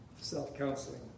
self-counseling